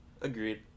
Agreed